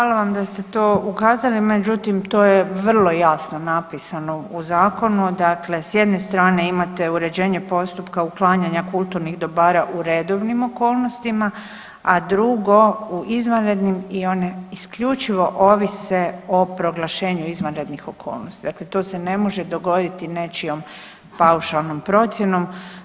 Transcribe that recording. Hvala vam da ste to ukazali, međutim to je vrlo jasno napisano u zakonu, dakle s jedne strane imate uređenje postupka uklanjanja kulturnih dobara u redovnim okolnostima, a drugo u izvanrednim i one isključivo ovise o proglašenju izvanrednih okolnosti, dakle to se ne može dogoditi nečijom paušalnom procjenom.